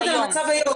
בוקר טוב לכולם.